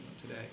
today